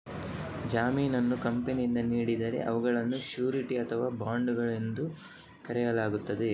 ಜಾಮೀನನ್ನು ಕಂಪನಿಯಿಂದ ನೀಡಿದರೆ ಅವುಗಳನ್ನು ಶ್ಯೂರಿಟಿ ಅಥವಾ ಬಾಂಡುಗಳು ಎಂದು ಕರೆಯಲಾಗುತ್ತದೆ